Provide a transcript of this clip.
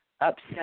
upset